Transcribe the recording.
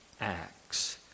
acts